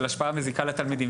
של השפעה מזיקה לתלמידים,